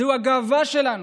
זוהי הגאווה שלנו,